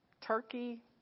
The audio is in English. turkey